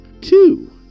Two